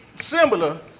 similar